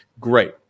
Great